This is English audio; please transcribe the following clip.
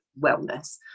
wellness